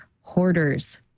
Hoarders